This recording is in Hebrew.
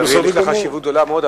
שיש לה חשיבות גדולה מאוד,